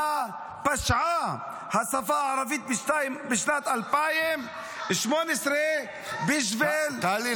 מה פשעה השפה הערבית בשנת 2018 ----- טלי,